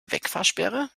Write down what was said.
wegfahrsperre